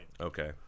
Okay